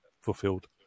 fulfilled